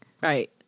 Right